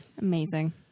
Amazing